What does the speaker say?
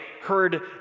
heard